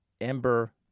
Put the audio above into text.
Ember